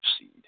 seed